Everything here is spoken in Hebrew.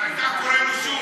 הוא דיבר, ואתה קורא לו שוב.